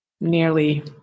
nearly